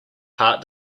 heart